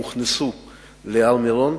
הוכנסו להר-מירון.